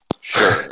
Sure